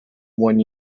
one